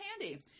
handy